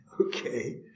Okay